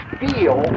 feel